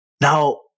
Now